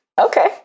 okay